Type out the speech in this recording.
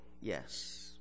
yes